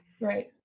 Right